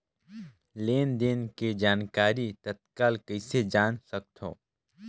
लेन देन के जानकारी तत्काल कइसे जान सकथव?